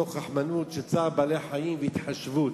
מתוך רחמנות של צער בעלי-חיים והתחשבות.